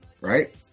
right